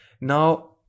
Now